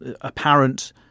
apparent